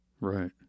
right